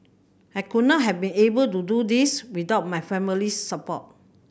I could not have been able to do this without my family's support